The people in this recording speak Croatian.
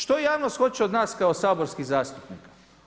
Što javnost hoće od nas kao saborskih zastupnika?